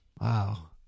Wow